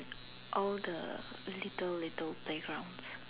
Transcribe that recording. all the little little playgrounds